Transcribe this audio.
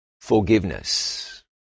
forgiveness